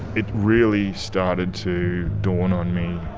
it really started to dawn on me.